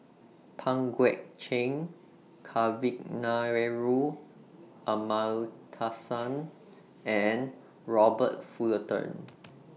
Pang Guek Cheng Kavignareru Amallathasan and Robert Fullerton